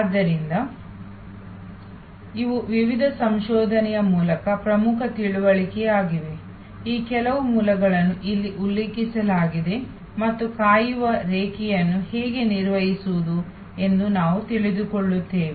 ಆದ್ದರಿಂದ ಇವು ವಿವಿಧ ಸಂಶೋಧನೆಗಳ ಮೂಲಕ ಪ್ರಮುಖ ತಿಳುವಳಿಕೆಯಾಗಿವೆ ಈ ಕೆಲವು ಮೂಲಗಳನ್ನು ಇಲ್ಲಿ ಉಲ್ಲೇಖಿಸಲಾಗಿದೆ ಮತ್ತು ಕಾಯುವ ರೇಖೆಯನ್ನು ಹೇಗೆ ನಿರ್ವಹಿಸುವುದು ಎಂದು ನಾವು ತಿಳಿದುಕೊಳ್ಳುತ್ತೇವೆ